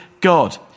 God